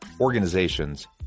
organizations